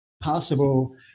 possible